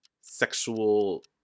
sexual